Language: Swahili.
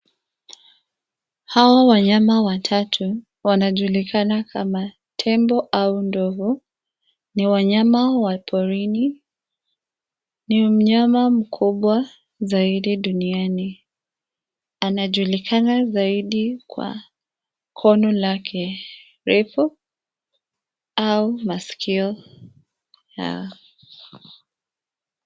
Hao wanyama watatu wanajulikana kama tembo au ndovu ni wanyama wa porini, ni mnyama mkubwa zaidi duniani anajulikana zaidi kwa kono lake refu au masikio yao.